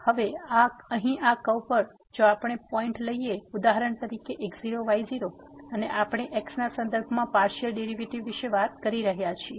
તેથી હવે અહીં આ કર્વ પર જો આપણે પોઈન્ટ લઈએ ઉદાહરણ તરીકે x0 y0 અને આપણે x ના સંદર્ભમાં પાર્સીઅલ ડેરીવેટીવ વિશે વાત કરી રહ્યા છીએ